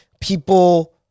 people